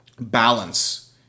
balance